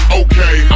okay